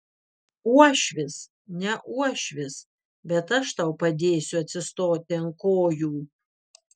uošvis ne uošvis bet aš tau padėsiu atsistoti ant kojų